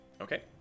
Okay